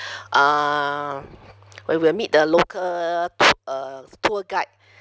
um where we'll meet the local uh tour guide